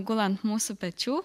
gula ant mūsų pečių